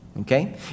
Okay